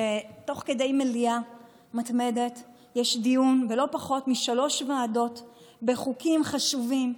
שתוך כדי מליאה מתמדת יש דיון בלא פחות משלוש ועדות בחוקים חשובים,